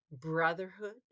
brotherhood